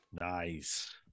Nice